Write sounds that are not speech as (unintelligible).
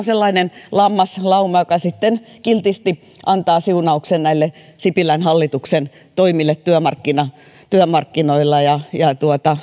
(unintelligible) sellainen lammaslauma joka sitten kiltisti antaa siunauksen näille sipilän hallituksen toimille työmarkkinoilla